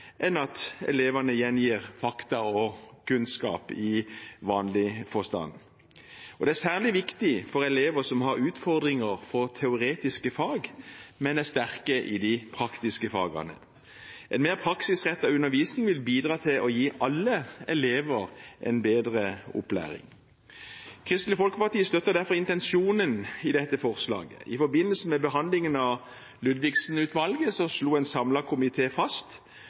enn at elevene gjengir fakta og kunnskap i vanlig forstand. Det er særlig viktig for elever som har utfordringer knyttet til teoretiske fag, men som er sterke i de praktiske fagene. En mer praksisrettet undervisning vil bidra til å gi alle elever en bedre opplæring. Kristelig Folkeparti støtter derfor intensjonen i dette forslaget. I forbindelse med behandlingen av Ludvigsen-utvalgets rapport slo en samlet komité fast